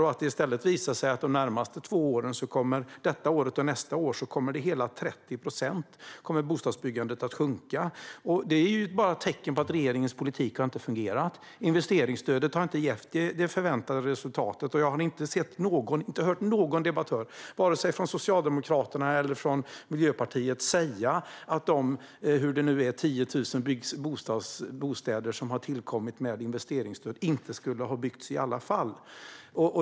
I stället kommer bostadsbyggandet de närmaste två åren att sjunka i omfattning med hela 30 procent. Det är ett tecken på att regeringens politik inte har fungerat. Investeringsstödet har inte gett det förväntade resultatet. Jag har inte hört någon debattör från vare sig Socialdemokraterna eller Miljöpartiet säga att de 10 000 bostäder som har tillkommit med hjälp av investeringsstöd inte skulle ha byggts i alla fall.